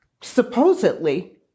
supposedly